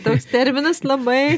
toks terminas labai